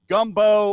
Gumbo